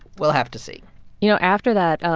we'll have to see you know, after that,